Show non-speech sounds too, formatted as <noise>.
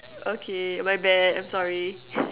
okay my bad I'm sorry <laughs>